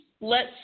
lets